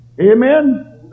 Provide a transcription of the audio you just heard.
Amen